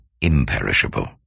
imperishable